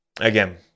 again